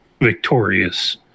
victorious